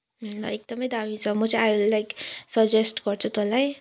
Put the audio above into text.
ल एकदमै दामी छ म चाहिँ आई लाइक सजेस्ट गर्छु तँलाई